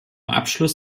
abschluss